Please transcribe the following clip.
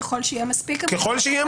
ככל שיהיה מספיק --- נכון,